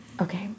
Okay